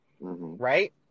Right